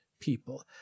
people